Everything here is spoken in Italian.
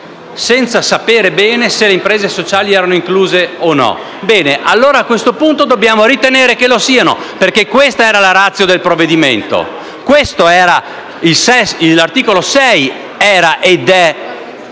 senza sapere bene se le imprese sociali erano incluse o meno. A questo punto, dobbiamo ritenere che lo siano, perché questa era la *ratio* del provvedimento. L'articolo 6 era - ed è